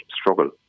struggle